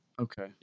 Okay